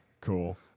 Cool